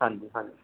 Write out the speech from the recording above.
ਹਾਂਜੀ ਹਾਂਜੀ